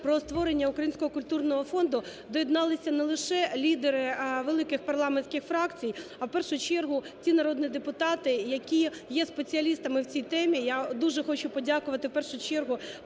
про створення Українського культурного фонду, доєдналися не лише лідери великих парламентських фракцій, а в першу чергу ті народні депутати, які є спеціалістами в цій темі. Я дуже хочу подякувати в першу чергу